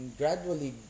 gradually